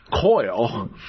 coil